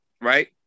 right